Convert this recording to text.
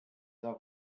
auch